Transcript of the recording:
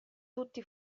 tutti